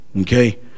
Okay